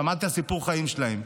שמעתי את סיפור החיים שלהם.